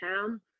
town